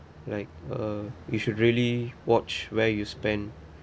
like uh we should really watch where you spend